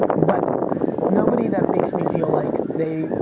but nobody that makes me feel like they,